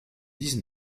dix